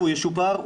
הוא ישופר,